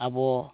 ᱟᱵᱚ